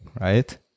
right